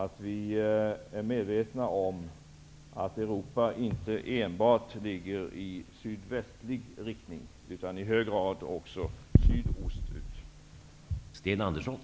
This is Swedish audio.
Vi skall vara medvetna om att Europa inte enbart ligger i sydvästlig riktning utan i hög grad också i sydostlig riktning.